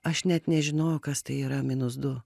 aš net nežinojau kas tai yra minus du